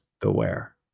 beware